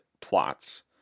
plots